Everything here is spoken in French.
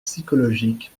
psychologiques